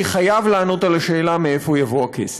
אני חייב לענות על השאלה מאיפה יבוא הכסף.